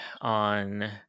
on